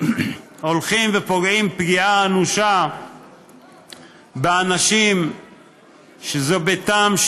הולכים ופוגעים פגיעה אנושה באנשים שזה ביתם,